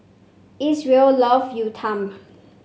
Isreal love Uthapam